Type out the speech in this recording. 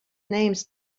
names